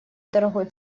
дорогой